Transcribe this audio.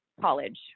college